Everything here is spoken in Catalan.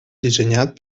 dissenyat